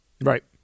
Right